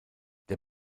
der